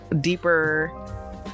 deeper